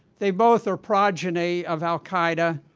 they both are progeny of al-qaeda.